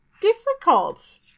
difficult